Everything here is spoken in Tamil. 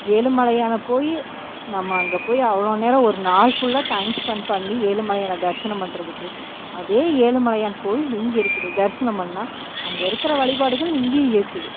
ஏழுமலையான போய் நம்ம அங்கே போய் அவ்வளோ நேரம் ஒரு நாள் ஃபுல்லாக டைம் ஸ்பென்ட் பண்ணி ஏழுமலையானை தரிசனம் பண்ணுறதுக்கு அதே ஏழுமலையான் கோவில் இங்கே இருக்குது தரிசனம் பண்ணால் அங்கே இருக்கிற வழிபாடுகள் இங்கேயும் இருக்குது